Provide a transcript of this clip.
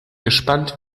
gespannt